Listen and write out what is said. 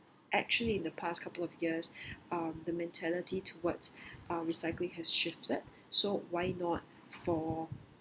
actually the past couple of years uh the mentality towards uh recycling has shifted so why not for